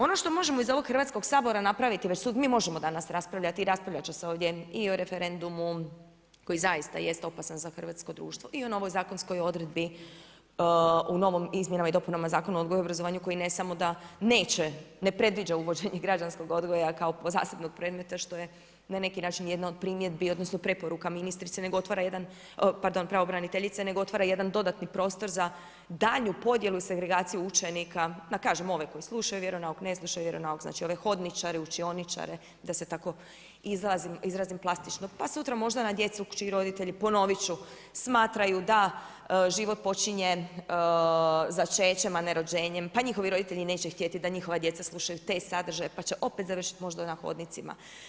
Ono što možemo iz ovog Hrvatskog sabora napraviti, mi možemo danas raspravljati i raspravljati će se ovdje i o referendumu koji zaista jest opasan za hrvatsko društvo i o novoj zakonskoj odredbi u novom izmjenama i dopunama Zakona o odgoju i obrazovanju koji ne samo da neće, ne predviđa uvođenje građanskog odgoja kao zasebnog predmeta, što je na neki način jedna od primjedbi odnosno preporuka ministrici, nego otvara jedan, pardon pravobraniteljice, nego otvara jedan dodatni prostor za daljnju podjelu segregacije učenika na one koji slušaju vjeronauk, ne slušaju vjeronauk, znači ove hodničare, učioničare da se tako izrazim plastično, pa sutra možda na djecu čiji roditelji, ponovit ću, smatraju da život počinje začećem, a ne rođenjem, pa njihovi roditelji neće htjeti da njihova djeca slušaju te sadržaje, pa će opet završiti možda na hodnicima.